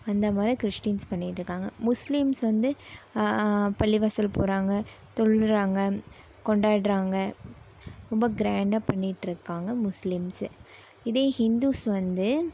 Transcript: அந்த மாதிரி கிறிஸ்டீன்ஸ் பண்ணிட்டு இருக்காங்க முஸ்லீம்ஸ் வந்து பள்ளிவாசல் போகிறாங்க தொழுகிறாங்க கொண்டாடுறாங்க ரொம்ப கிரான்டாக பண்ணிட்டு இருக்காங்க முஸ்லீம்ஸ் இதே இந்துஸ் வந்து